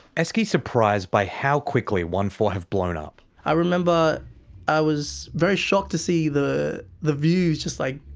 eksii's surprised by how quickly onefour have blown up. i remember i was very shocked to see the. the views just like,